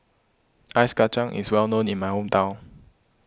Ice Kachang is well known in my hometown